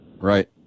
Right